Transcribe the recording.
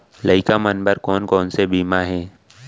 लइका मन बर कोन कोन से बीमा हे?